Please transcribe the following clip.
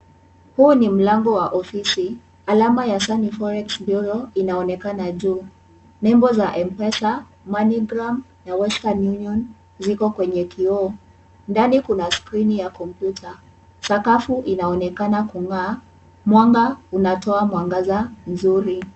Huu ni mlango wa ofisi. Alama ya Sunny Forex bureau inaonekana juu. Nembo za M-Pesa, MoneyGram na Western Union ziko kwenye kioo. Ndani kuna skrini ya kompyuta. Sakafu inaonekana kung'aa. Mwanga unatoa mwangaza mzuri.